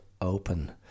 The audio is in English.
open